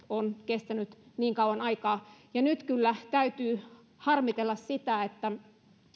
on kestänyt niin kauan aikaa ja nyt kyllä täytyy harmitella sitä että